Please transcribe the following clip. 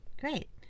Great